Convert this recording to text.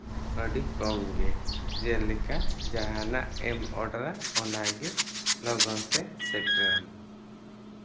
ᱟᱹᱰᱤ ᱠᱚᱢ ᱜᱮ ᱡᱮᱞᱮᱠᱟ ᱡᱟᱦᱟᱸᱱᱟᱜᱼᱮᱢ ᱚᱰᱟᱨᱟ ᱚᱱᱟ ᱜᱮ ᱞᱚᱜᱚᱱ ᱛᱮ ᱥᱮᱴᱮᱨᱟᱢᱟ